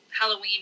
Halloween